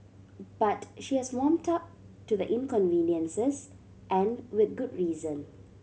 but she has warmed up to the inconveniences and with good reason